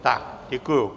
Tak děkuji.